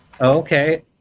Okay